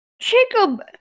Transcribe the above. Jacob